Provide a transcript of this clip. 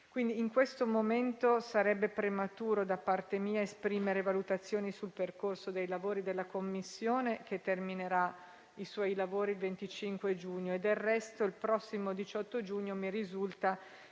stessi. In questo momento sarebbe prematuro da parte mia esprimere valutazioni sul percorso della commissione, che terminerà i suoi lavori il 25 giugno. Del resto, il prossimo 18 giugno mi risulta